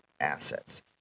assets